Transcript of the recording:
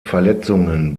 verletzungen